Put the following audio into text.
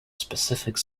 specific